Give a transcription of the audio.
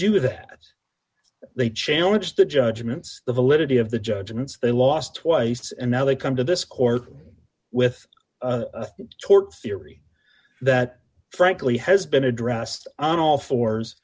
do that they challenged the judgments the validity of the judgments they lost twice and now they come to this court with tort theory that frankly has been addressed on all fours